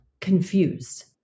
confused